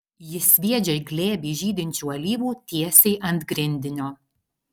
ji sviedžia glėbį žydinčių alyvų tiesiai ant grindinio